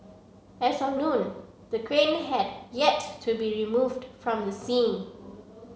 as of noon the crane had yet to be removed from the scene